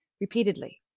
repeatedly